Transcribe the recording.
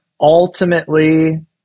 ultimately